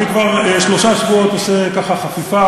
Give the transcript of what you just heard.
אני כבר שלושה שבועות עושה חפיפה